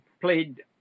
played